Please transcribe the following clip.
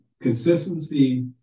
Consistency